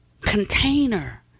container